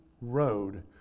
road